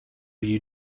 you